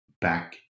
back